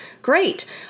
great